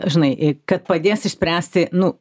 žinai kad padės išspręsti nu